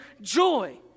joy